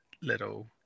little